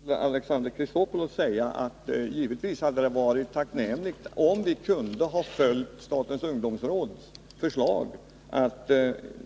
Herr talman! Jag vill till Alexander Chrisopoulos säga att det givetvis hade varit tacknämligt, om vi hade kunnat följa statens ungdomsråds förslag att